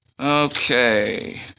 okay